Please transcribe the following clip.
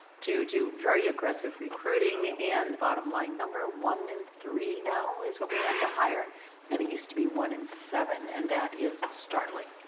to do very aggressive recruiting and bottom-line number one in three now but we have to hire and used to be one in seven and that is startling,